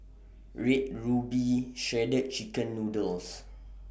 Red Ruby Shredded Chicken Noodles